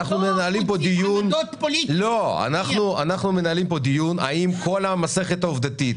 אנחנו מנהלים פה דיון האם כל המסכת העובדתית